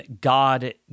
God